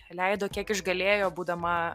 leido kiek išgalėjo būdama